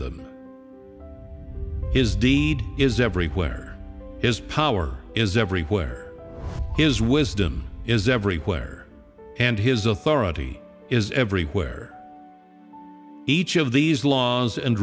them his deed is everywhere his power is everywhere his wisdom is everywhere and his authority is everywhere each of these laws and